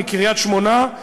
מקריית-שמונה,